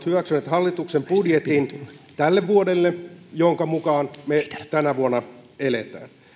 hyväksynyt hallituksen budjetin tälle vuodelle jonka mukaan me tänä vuonna elämme